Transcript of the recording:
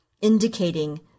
indicating